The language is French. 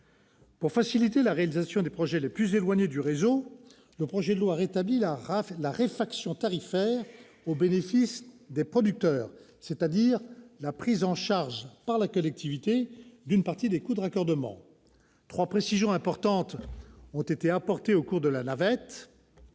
Pour faciliter la réalisation des projets les plus éloignés du réseau, le projet de loi rétablit la « réfaction tarifaire » au bénéfice des producteurs, c'est-à-dire la prise en charge par la collectivité d'une partie des coûts de raccordement. Trois précisions importantes ont été apportées au cours de la navette.